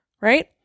Right